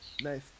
Nice